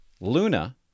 Luna